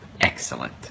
Excellent